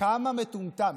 כמה מטומטם?